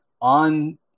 On